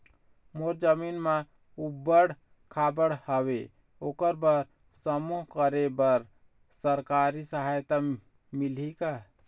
मोर जमीन म ऊबड़ खाबड़ हावे ओकर बर समूह करे बर सरकारी सहायता मिलही का?